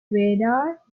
radar